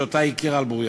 שאותה הכירה על בורייה.